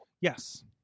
yes